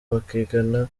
bakigana